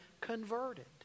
converted